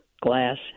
glass